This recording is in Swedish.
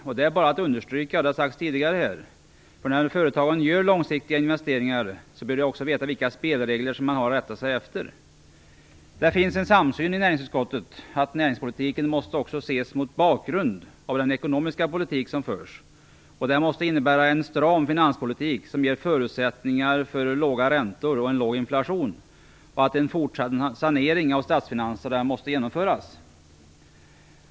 Detta är bara att understryka. När företagen gör långsiktiga investeringar bör de också veta vilka spelregler som de har att rätta sig efter. Det finns en samsyn i näringsutskottet om att näringspolitiken måste också ses mot bakgrund av den ekonomiska politik som förs. Den måste innebära en stram finanspolitik för låga räntor och en låg inflation. En fortsatt sanering av statsfinanserna måste genomföras.